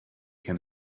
can